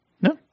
No